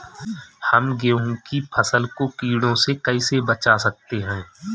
हम गेहूँ की फसल को कीड़ों से कैसे बचा सकते हैं?